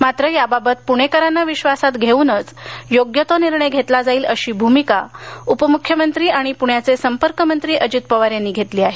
मात्र याबाबत पुणेकरांना विश्वासात घेऊनच योग्य तो निर्णय घेतला जाईल अशी भूमिका उपमुख्यमंत्री आणि प्ण्याचे संपर्क मंत्री अजित पवार यांनी घेतली आहे